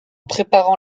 préparant